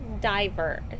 diverse